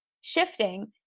shifting